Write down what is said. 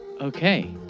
Okay